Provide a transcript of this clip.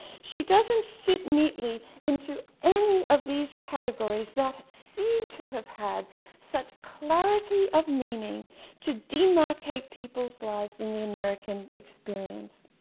she doesn't fit neatly in any of these categories that seem to have had such clarity of meaning to demarcate people's lives in the american experience